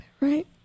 right